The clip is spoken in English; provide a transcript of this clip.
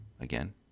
again